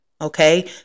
okay